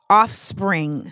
offspring